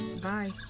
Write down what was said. bye